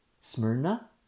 Smyrna